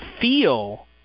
feel